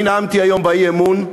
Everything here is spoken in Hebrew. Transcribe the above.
אני נאמתי היום באי-אמון,